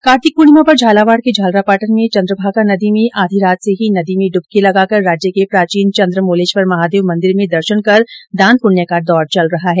कार्तिक पूर्णिमा पर झालावाड के झालरापाटन में चन्द्रभागा नदी में आधी रात से ही नदी में डुबकी लगाकर राज्य के प्राचीन चन्द्र मोलेश्वर महादेव मंदिर में दर्शन कर दान प्रण्य का दौर चल रहा है